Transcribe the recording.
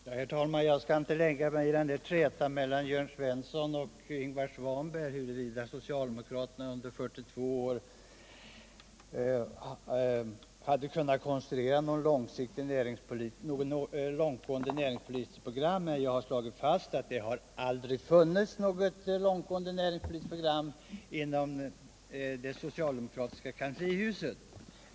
Herr talman! Jag skall inte lägga mig i trätan mellan Jörn Svensson och Ingvar Svanberg om huruvida socialdemokraterna under 44 år kunnat konstruera något långtgående näringspolitiskt program. Jag har slagit fast att det aldrig har funnits något sådant i det socialdemokratiska kanslihuset.